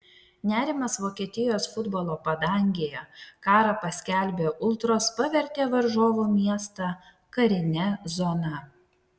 nerimas vokietijos futbolo padangėje karą paskelbę ultros pavertė varžovų miestą karine zona